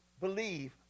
believe